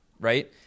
right